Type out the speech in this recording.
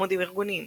עמודים ארגוניים